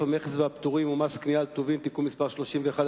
המכס והפטורים ומס קנייה על טובין (תיקון מס' 31),